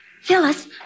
Phyllis